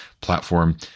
platform